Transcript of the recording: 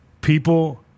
People